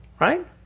Right